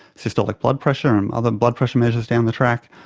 systolic blood pressure and other blood pressure measures down the track,